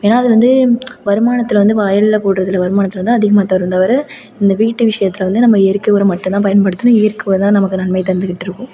ஏன்னா அது வந்து வருமானத்தில் வந்து வயலில் போடுறதுல வருமானத்தில் வந்து அதிகமாக தரும் தவிர இந்த வீட்டு விஷயத்தில் வந்து நம்ம இயற்கை உரம் மட்டும் தான் பயன்படுத்தணும் இயற்கை உரம் தான் நமக்கு நன்மை தந்துக்கிட்டுருக்கும்